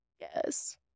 Yes